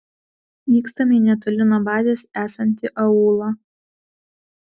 vykstame į netoli nuo bazės esantį aūlą